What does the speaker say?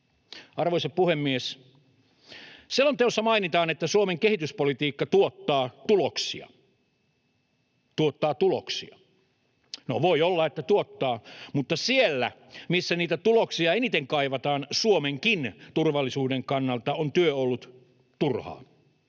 Arvoisa puhemies! Selonteossa mainitaan, että Suomen kehityspolitiikka tuottaa tuloksia — tuottaa tuloksia. No, voi olla, että tuottaa, mutta siellä, missä niitä tuloksia eniten kaivataan Suomenkin turvallisuuden kannalta, on työ ollut turhaa.